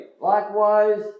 Likewise